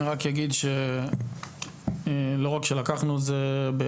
אני רק אגיד שלא רק לקחנו את זה בחשבון,